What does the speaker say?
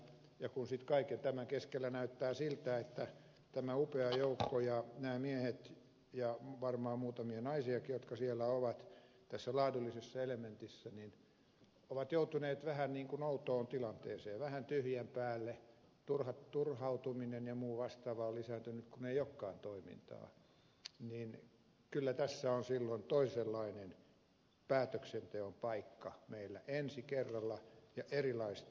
ja kun sitten kaiken tämän keskellä näyttää siltä että tämä upea joukko ja nämä miehet ja varmaan muutamia naisiakin jotka siellä ovat tässä laadullisessa elementissä ovat joutuneet vähän outoon tilanteeseen vähän tyhjän päälle turhautuminen ja muu vastaava on lisääntynyt kun ei olekaan toimintaa niin kyllä tässä on silloin toisenlainen päätöksenteon paikka meillä ensi kerralla ja erilaisten tietojen pohjalta